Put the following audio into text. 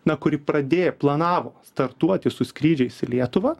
na kuri pradėjo planavo startuoti su skrydžiais į lietuvą